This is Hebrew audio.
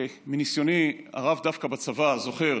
מניסיוני הרב דווקא בצבא אני זוכר: